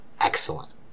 excellent